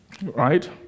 Right